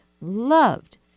loved